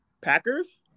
Packers